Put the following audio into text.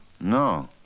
No